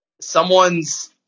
someone's